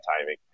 timing